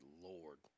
Lord